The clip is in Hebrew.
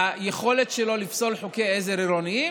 ביכולת שלו לפסול חוקי עזר עירוניים.